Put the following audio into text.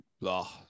blah